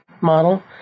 model